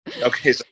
Okay